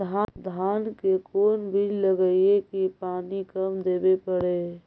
धान के कोन बिज लगईऐ कि पानी कम देवे पड़े?